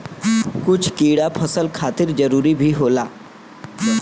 कुछ कीड़ा फसल खातिर जरूरी भी होला